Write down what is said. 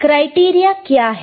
criteria क्या है